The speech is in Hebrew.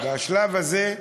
והשלב הזה,